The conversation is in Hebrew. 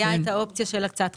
הייתה האופציה של הוצאת חשבוניות.